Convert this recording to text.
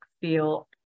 feel